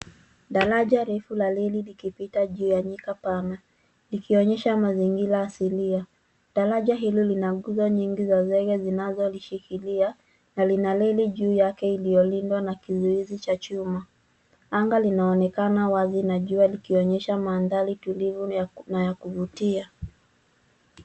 Daraja refu la reli likipita juu ya Nyika pana likionyesha mazingira asilia. Daraja hili lina nguzo nyingi za zege zinazolishikilia na lina reli juu yake iliyolindwa na kizuizi cha chuma. Anga linaonekana wazi na jua likionyesha mandhari tulivu na ya kuvutia.